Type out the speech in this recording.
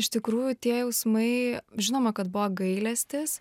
iš tikrųjų tie jausmai žinoma kad buvo gailestis